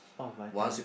oh Vitality